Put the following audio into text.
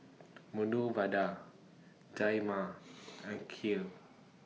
Medu Vada and Kheer